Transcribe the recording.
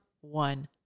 one